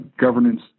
governance